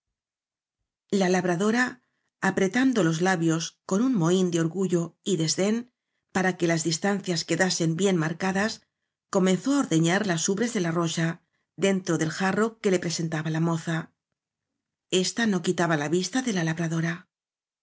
la labradora apretando los labios con un mohín de orgullo y desdén para que las distancias quedasen bien mar cadas comenzó á ordeñar las ubres de la rocha dentro del jarro que le presen taba la moza esta no quitaba la vista de la